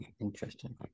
Interesting